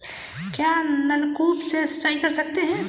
क्या नलकूप से सिंचाई कर सकते हैं?